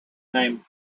name